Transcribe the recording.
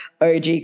OG